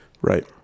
Right